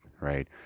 right